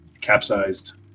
capsized